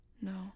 No